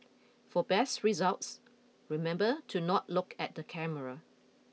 for best results remember to not look at the camera